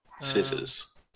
Scissors